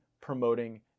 promoting